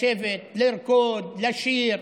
לשבת, לרקוד, לשיר,